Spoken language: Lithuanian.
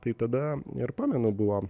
tai tada ir pamenu buvo